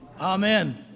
Amen